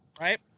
right